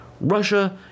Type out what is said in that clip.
Russia